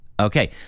Okay